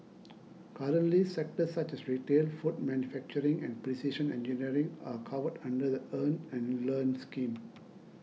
currently sectors such as retail food manufacturing and precision engineering are covered under the Earn and Learn scheme